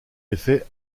effet